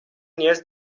نیاز